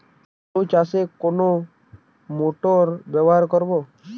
আলু চাষে কোন মোটর ব্যবহার করব?